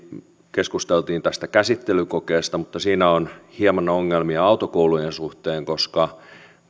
keskusteltiin tästä käsittelykokeesta mutta siinä on hieman ongelmia autokoulujen suhteen koska